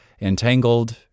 entangled